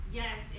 yes